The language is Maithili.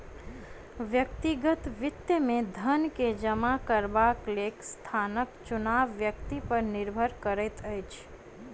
व्यक्तिगत वित्त मे धन के जमा करबाक लेल स्थानक चुनाव व्यक्ति पर निर्भर करैत अछि